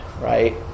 right